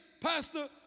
Pastor